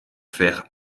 faire